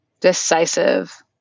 decisive